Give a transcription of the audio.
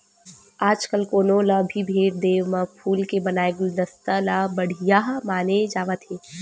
आजकाल कोनो ल भी भेट देय म फूल के बनाए गुलदस्ता ल बड़िहा माने जावत हे